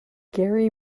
gary